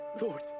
Lord